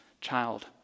child